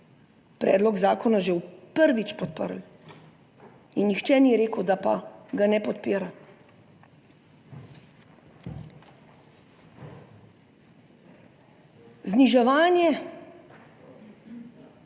predlog zakona že prvič podprli in nihče ni rekel, da pa ga ne podpira. Zniževanje